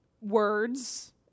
words